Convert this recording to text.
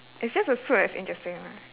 it's just the soup that's interesting lah